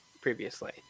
previously